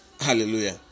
Hallelujah